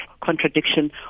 contradiction